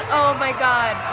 my god.